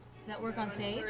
does that work on saves?